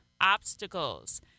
obstacles